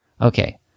Okay